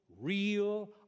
real